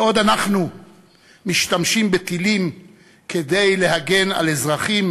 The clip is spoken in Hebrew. בעוד אנחנו משתמשים בטילים כדי להגן על אזרחים,